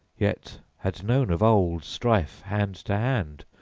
yet had known of old strife hand to hand,